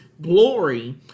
glory